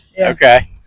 Okay